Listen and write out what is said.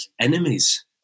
enemies